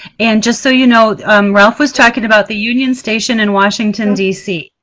and just so you know ralph was talking about the union station in washington d c,